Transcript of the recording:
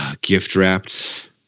gift-wrapped